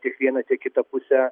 tiek vieną tiek kitą pusę